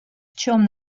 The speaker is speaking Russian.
чем